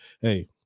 hey